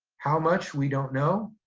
how much, we don't know,